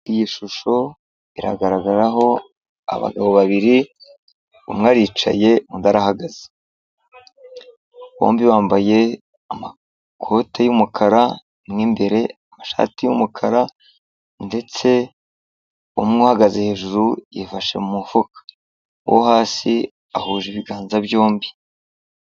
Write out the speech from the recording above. Iyi shusho iragaragaraho abagabo babiri umwe aricaye undi arahagaze, bombi bambaye amakote y'umukara, mo imbere amashati y'umukara ndetse umwe uhagaze hejuru yifashe mu mufuka, uwo hasi ahuje ibiganza byombi.